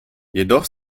jedoch